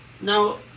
Now